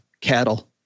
cattle